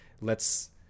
lets